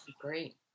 Great